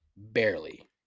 barely